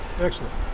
Excellent